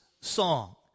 song